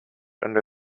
under